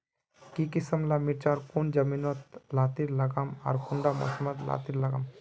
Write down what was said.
किसम ला मिर्चन कौन जमीन लात्तिर लगाम आर कुंटा मौसम लात्तिर लगाम?